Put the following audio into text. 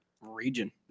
region